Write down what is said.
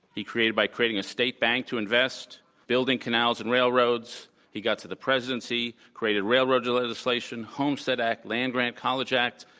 he created it by creating a state bank to invest, building canals and railroads. he got to the presidency, created railroad yeah legislation, homestead act, land-grant college act,